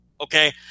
Okay